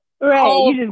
Right